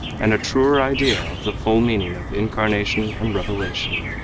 and a truer idea of the full meaning of incarnation and revelation.